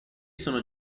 sono